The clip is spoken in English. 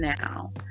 now